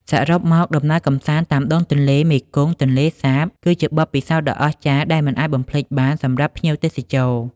សរុបមក ដំណើរកម្សាន្តតាមដងទន្លេមេគង្គ-ទន្លេសាប គឺជាបទពិសោធន៍ដ៏អស្ចារ្យដែលមិនអាចបំភ្លេចបានសម្រាប់ភ្ញៀវទេសចរ។